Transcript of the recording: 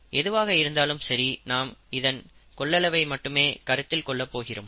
எதுவாக இருந்தாலும் சரி நாம் இதன் கொள்ளளவை மட்டுமே கருத்தில் கொள்ளப் போகிறோம்